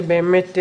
שבאמת,